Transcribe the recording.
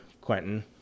Quentin